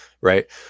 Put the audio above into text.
right